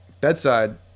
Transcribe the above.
bedside